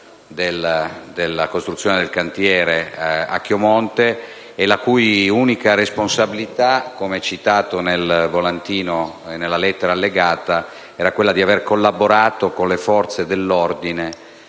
della costruzione del cantiere, a Chiomonte e la cui unica responsabilità - com'è citato nel volantino e nella lettera allegata - era quella di aver collaborato con le forze dell'ordine